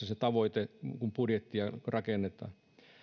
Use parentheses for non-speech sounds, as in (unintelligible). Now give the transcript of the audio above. (unintelligible) se tavoite tarkistetaan kun budjettia rakennetaan